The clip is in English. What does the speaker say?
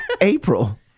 April